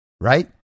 right